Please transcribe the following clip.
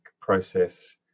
process